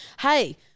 Hey